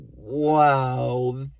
wow